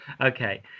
okay